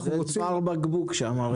צוואר בקבוק שם.